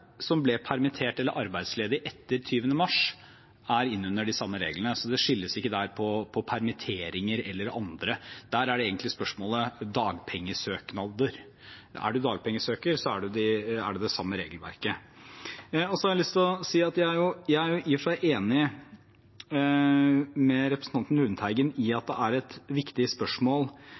som ble permittert eller arbeidsledig etter 20. mars, er innunder de samme reglene. Det skilles ikke der på permitteringer eller andre. Spørsmålet er egentlig om man er dagpengesøker – da er det det samme regelverket. Så har jeg lyst til å si at jeg i og for seg er enig med representanten Lundteigen i at det er et viktig spørsmål